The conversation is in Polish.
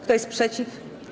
Kto jest przeciw?